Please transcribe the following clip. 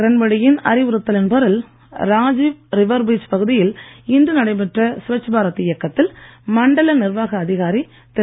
கிரண்பேடி யின் அறிவுறுத்தலின் பேரில் ராஜீவ் ரிவர் பீச் பகுதியில் இன்று நடைபெற்ற ஸ்வச் பாரத் இயக்கத்தில் மண்டல நிர்வாக அதிகாரி திரு